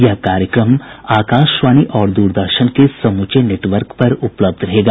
यह कार्यक्रम आकाशवाणी और द्रदर्शन के समूचे नेटवर्क पर उपलब्ध रहेगा